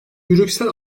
brüksel